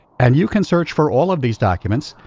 and you can search for all of these documents,